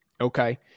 Okay